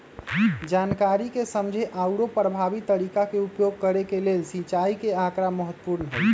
जनकारी के समझे आउरो परभावी तरीका के उपयोग करे के लेल सिंचाई के आकड़ा महत्पूर्ण हई